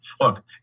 Look